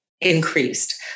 increased